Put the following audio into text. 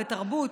בתרבות.